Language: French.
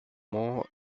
mont